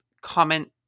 comment